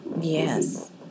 Yes